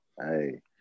Hey